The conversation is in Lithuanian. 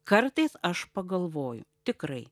kartais aš pagalvoju tikrai